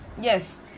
Yes